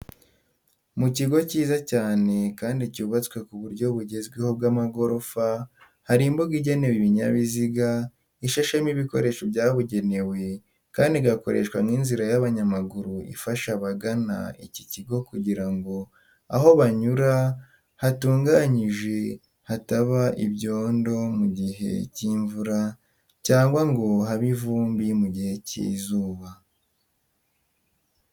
Mu kigo kiza cyane kandi cyubatswe ku buryo bugezweho bw'amagorofa, hari imbuga igenewe ibinyabiziga, ishashemo ibikoresho byabugenewe kandi igakoreshwa nk'inzira y'abanyamaguru ifasha abagana iki kigo kugira aho banyura hatungajije hataba ibyondo mu gihe cy'imvura cyangwa ngo habe ivumbi mu gihe cy'izuba.